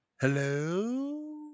Hello